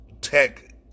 tech